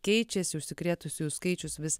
keičiasi užsikrėtusiųjų skaičius vis